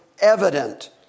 Evident